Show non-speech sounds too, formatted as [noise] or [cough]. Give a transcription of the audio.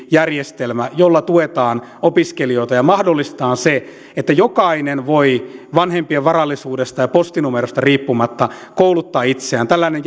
järjestelmä jolla tuetaan opiskelijoita ja mahdollistetaan se että jokainen voi vanhempien varallisuudesta ja postinumerosta riippumatta kouluttaa itseään tällainen [unintelligible]